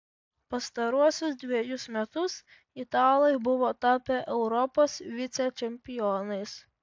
pastaruosius dvejus metus italai buvo tapę europos vicečempionais